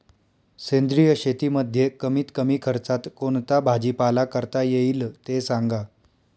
सेंद्रिय शेतीमध्ये कमीत कमी खर्चात कोणता भाजीपाला करता येईल ते सांगा